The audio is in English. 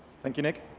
thank you, nick.